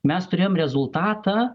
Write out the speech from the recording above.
mes turėjom rezultatą